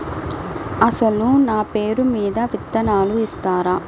అసలు నా పేరు మీద విత్తనాలు ఇస్తారా?